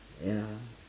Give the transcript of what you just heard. ya